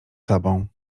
sobą